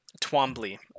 Twombly